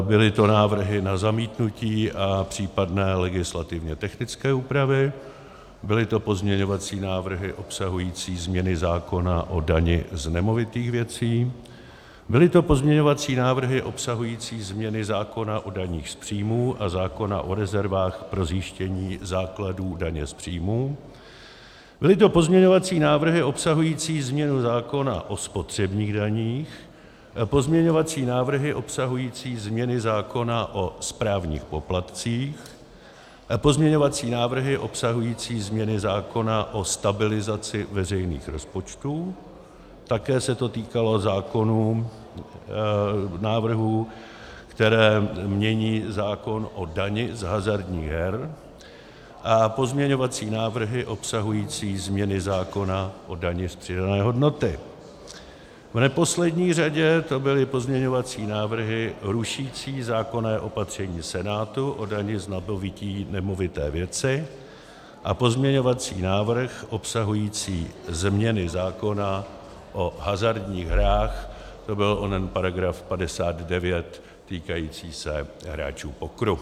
Byly to návrhy na zamítnutí a případné legislativně technické úpravy, byly to pozměňovací návrhy obsahující změny zákona o dani z nemovitých věcí, byly to pozměňovací návrhy obsahující změny zákona o daních z příjmů a zákona o rezervách pro zjištění základů daně z příjmů, byly to pozměňovací návrhy obsahující změnu zákona o spotřebních daních, pozměňovací návrhy obsahující změny zákona o správních poplatcích, pozměňovací návrhy obsahující změny zákona o stabilizaci veřejných rozpočtů, také se to týkalo návrhů, které mění zákon o dani z hazardních her, a pozměňovací návrhy obsahující změny zákona o dani z přidané hodnoty, v neposlední řadě to byly pozměňovací návrhy rušící zákonné opatření Senátu o dani z nabytí nemovité věci a pozměňovací návrh obsahující změny zákona o hazardních hrách, to byl onen § 59 týkající se hráčů pokeru.